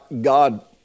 God